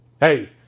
Hey